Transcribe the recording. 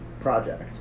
Project